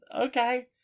okay